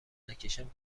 نکشم